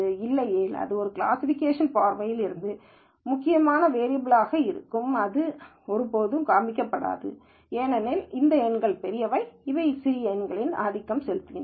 இல்லையெனில் இது ஒரு கிளாசிஃபிகேஷன் பார்வையில் இருந்து ஒரு முக்கியமான வேரியபல் ஆக இருக்கும்போது அது ஒருபோதும் காண்பிக்கப்படாது ஏனென்றால் இந்த எண்கள் பெரியவை அவை சிறிய எண்ணிக்கையில் ஆதிக்கம் செலுத்துகின்றன